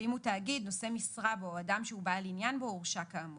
ואם הוא תאגיד נושא משרה בו או אדם שהוא בעל עניין בו הורשע כאמור,